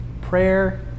Prayer